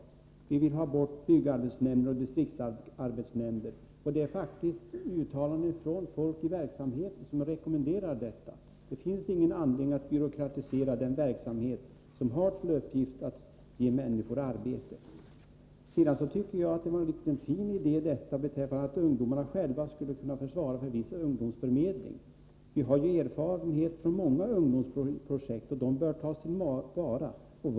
Vi vill ha bort byggarbetsnämnder och distriktsarbetsnämnder. Det finns faktiskt uttalanden från folk i verksamheten som rekommenderar detta. Det finns ingen anledning att byråkratisera den verksamhet som har till uppgift att ge människor arbete. Vidare tycker jag att det var en liten, fin idé att ungdomarna själva skulle kunna svara för viss ungdomsförmedling. Vi har ju erfarenhet från många ungdomsprojekt, och de erfarenheterna bör tas till vara.